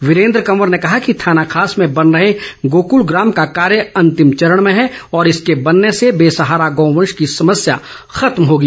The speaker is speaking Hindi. वीरेन्द्र कंवर ने कहा कि थानाखास में बन रहे गोकुल ग्राम का कार्य अंतिम चरण में है और इसके बनने से बेसहारा गौवंश की समस्या खत्म होगी